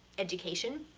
education.